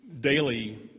daily